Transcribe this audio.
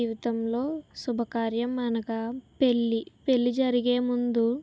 మా జీవితంలో శుభకార్యం అనగా పెళ్ళి పెళ్ళి జరిగే ముందు